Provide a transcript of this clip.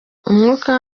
umwuka